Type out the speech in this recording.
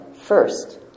first